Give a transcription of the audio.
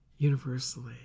universally